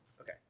Okay